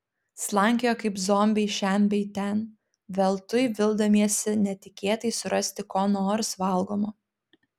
slankiojo kaip zombiai šen bei ten veltui vildamiesi netikėtai surasti ko nors valgomo